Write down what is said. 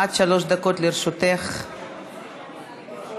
עד שלוש דקות לרשות כל אחת.